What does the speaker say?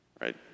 right